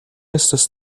estas